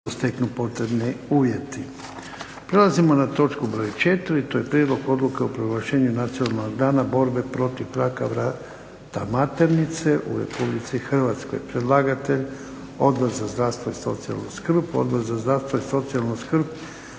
**Jarnjak, Ivan (HDZ)** Prelazimo na točku broj 4, to je - Prijedlog odluke o proglašenju "Nacionalnog dana borbe protiv raka vrata maternice" u Republici Hrvatskoj Predlagatelj: Odbor za zdravstvo i socijalnu skrb Odbor za zdravstvo i socijalnu skrb